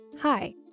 Hi